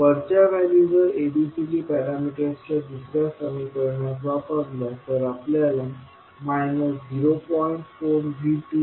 वरच्या व्हॅल्यू जर ABCD पॅरामिटरच्या दुसऱ्या समीकरणात वापरल्या तर आपल्याला 0